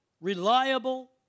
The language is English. reliable